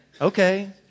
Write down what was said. okay